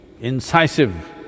incisive